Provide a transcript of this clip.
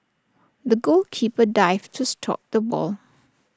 the goalkeeper dived to stop the ball